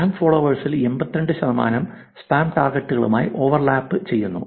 spam ഫോളോവേഴ്സിൽ 82 ശതമാനം spam ടാർഗെറ്റുകളുമായി ഓവർലാപ്പ് ചെയ്യുന്നു